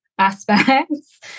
Aspects